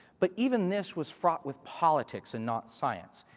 but even this was fraught with politics and not science.